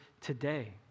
today